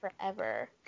forever